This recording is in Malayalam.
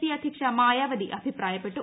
പി അധ്യക്ഷ മായാവതി അഭിപ്രായപ്പെട്ടു